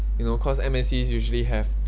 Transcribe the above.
you know cause M_N_Cs usually have